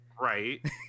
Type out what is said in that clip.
right